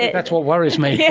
that's what worries me. yeah